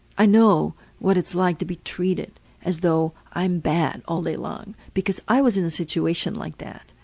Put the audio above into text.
i know what it's like to be treated as though i'm bad all day long. because i was in a situation like that.